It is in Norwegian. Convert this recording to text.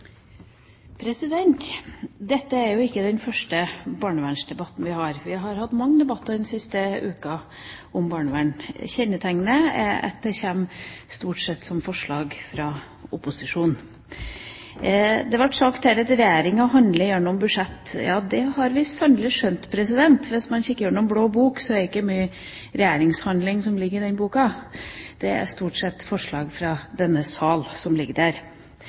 barnevern. Kjennetegnet er at de stort sett kommer som forslag fra opposisjonen. Det ble sagt her at Regjeringa handler gjennom budsjett. Ja, det har vi sannelig skjønt. Hvis man kikker gjennom Blå bok, er det ikke mye regjeringshandling som ligger der. Det er stort sett forslag fra denne sal som ligger der.